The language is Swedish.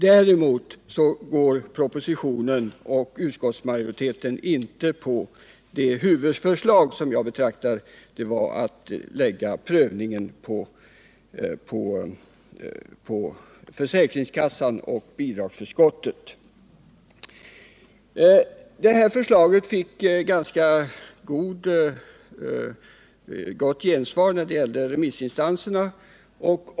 Däremot biträder propositionen och utskottsmajoriteten inte det som jag betraktar såsom ett huvudförslag, nämligen att lägga prövningen på försäkringskassorna. Detta förslag fick ganska gott gensvar från remissinstanserna.